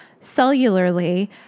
cellularly